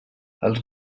els